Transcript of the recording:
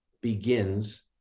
begins